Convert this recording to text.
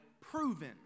proven